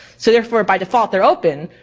so therefore by default, they're open.